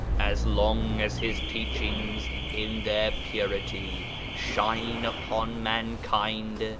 as long as his teachings in their purity shine upon mankind,